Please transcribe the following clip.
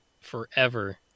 forever